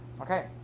Okay